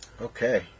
Okay